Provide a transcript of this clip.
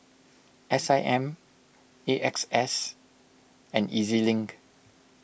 S I M A X S and E Z Link